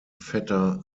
vetter